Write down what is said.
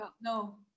no